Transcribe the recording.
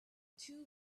two